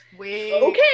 okay